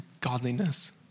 godliness